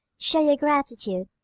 show your gratitude.